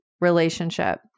relationship